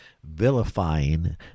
vilifying